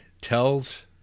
tells